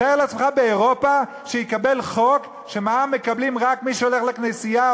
תאר לעצמך שבאירופה יתקבל חוק שמע"מ מקבלים רק מי שהולכים לכנסייה,